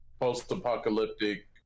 post-apocalyptic